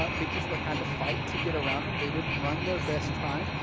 ah because they had to fight to get around him, they didn't run their best time,